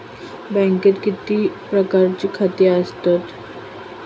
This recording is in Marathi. बँकेत किती प्रकारची खाती आसतात?